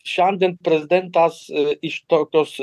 šiandien prezidentas iš tautos